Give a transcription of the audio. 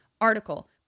article